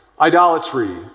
Idolatry